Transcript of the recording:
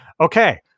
Okay